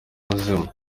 umuzimu